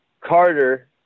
Carter